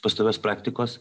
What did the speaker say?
pastovios praktikos